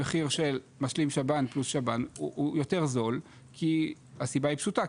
המחיר של משלים שב"ן פלוס שב"ן הוא יותר זול כי הסיבה היא פשוטה,